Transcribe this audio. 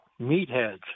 meatheads